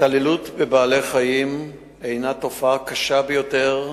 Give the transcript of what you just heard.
התעללות בבעלי-חיים היא תופעה קשה ביותר,